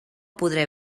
podré